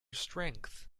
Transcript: strength